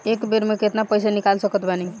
एक बेर मे केतना पैसा निकाल सकत बानी?